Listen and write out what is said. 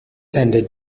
ended